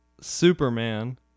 superman